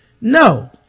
No